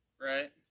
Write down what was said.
Right